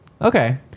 Okay